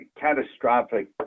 catastrophic